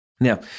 Now